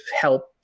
help